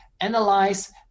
analyze